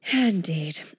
Indeed